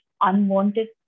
unwanted